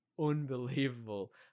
unbelievable